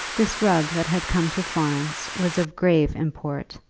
this rub that had come to florence was of grave import,